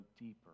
deeper